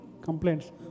complaints